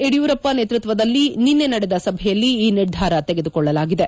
ಯಡಿಯೂರಪ್ಪ ನೇತೃತ್ವದಲ್ಲಿ ನಿನ್ನೆ ನಡೆದ ಸಭೆಯಲ್ಲಿ ಈ ನಿರ್ಧಾರ ಕೈಗೊಳ್ಳಲಾಗಿದೆ